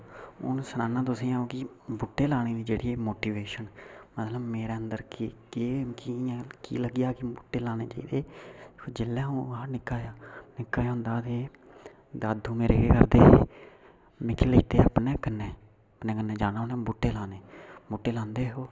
हून सनाना तुसेंगी अ'ऊं कि बूह्टे लाने दी जेह्ड़ी मोटिबेशन मतलब मेरे अंदर केह् कि कि'यां की लगेआ कि बूह्टे लाने चाहिदे जिल्लै अ'ऊं हा निक्का जेहा निक्का जेहा होंदा हा ते दादू मेरे केह् करदे हे मिगी लेंदे अपने कन्नै अपने कन्नै जाना उ'नें बूह्टे लाने बूह्टे लांदे हे ओह्